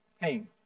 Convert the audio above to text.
pain